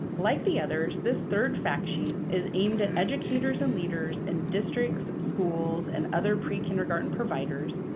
like the others, this third fact sheet is aimed at educators, and leaders, and districts, schools, and other prekindergarten providers.